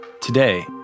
Today